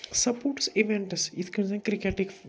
sports events یِتھٕ کٔنۍ زن کِرکٮ۪ٹٕکۍ